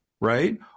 right